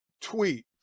tweet